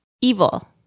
evil